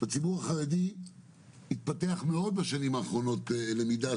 בציבור החרדי בשנים האחרונות התפתחה מאוד הלמידה